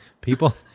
people